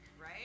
Right